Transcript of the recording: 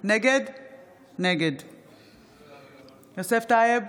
נגד יוסף טייב,